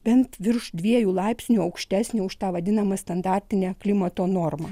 bent virš dviejų laipsnių aukštesnė už tą vadinamą standartinę klimato normą